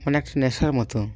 অনেকটা নেশার মতো